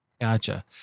Gotcha